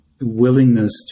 willingness